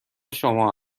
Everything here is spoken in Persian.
شما